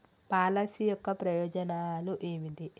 Policy యొక్క ప్రయోజనాలు ఏమిటి?